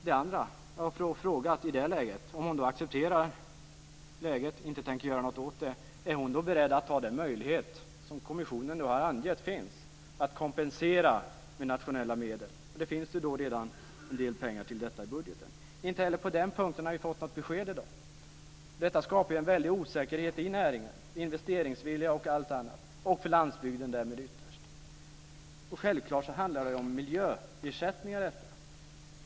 Det andra jag har frågat är att om ministern accepterar läget och inte tänker göra någonting åt det, är hon då beredd att utnyttja den möjlighet att kompensera med nationella medel som kommissionen har angett finns. Det finns ju redan en del pengar till detta i budgeten. Vi har inte heller fått något besked på den punkten i dag. Detta skapar en väldig osäkerhet i näringen när det gäller investeringsvilja och annat och därmed ytterst för landsbygden. Detta handlar självfallet om miljöersättningar.